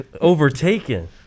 overtaken